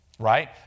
Right